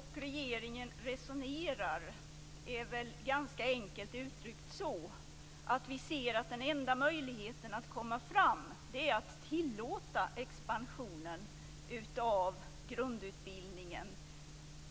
Fru talman! Hur vi och regeringen resonerar är ganska enkelt uttryckt att vi anser att den enda möjligheten att komma framåt är att tillåta expansionen av grundutbildningen